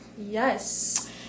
Yes